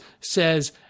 says